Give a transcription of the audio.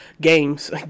games